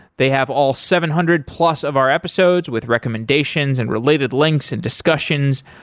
they have all seven hundred plus of our episodes with recommendations and related links and discussions,